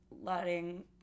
letting